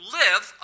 live